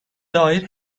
dair